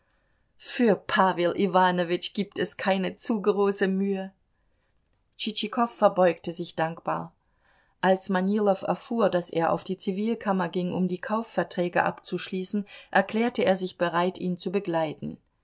für pawel iwanowitsch gibt es keine zu große mühe tschitschikow verbeugte sich dankbar als manilow erfuhr daß er auf die zivilkammer ging um die kaufverträge abzuschließen erklärte er sich bereit ihn zu begleiten